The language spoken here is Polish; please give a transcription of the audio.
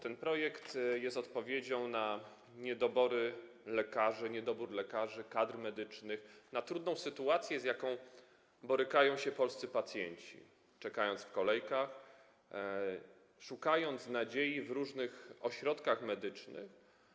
Ten projekt jest odpowiedzią na niedobór lekarzy, kadr medycznych, na trudną sytuację, z jaką borykają się polscy pacjenci, czekając w kolejkach, szukając nadziei w różnych ośrodkach medycznych.